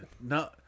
No